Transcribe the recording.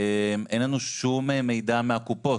אין לנו שום מידע מהקופות,